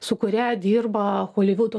su kuria dirba holivudo